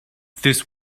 this